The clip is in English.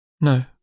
No